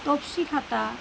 তফসিঘাটা